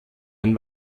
ein